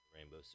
rainbow